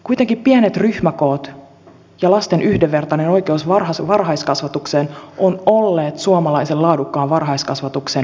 kuitenkin pienet ryhmäkoot ja lasten yhdenvertainen oikeus varhaiskasvatukseen ovat olleet suomalaisen laadukkaan varhaiskasvatuksen perusta